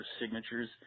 signatures